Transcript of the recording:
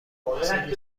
ماساژ